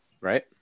Right